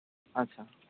ᱟᱪᱪᱷᱟ